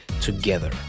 together